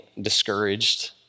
discouraged